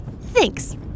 thanks